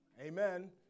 Amen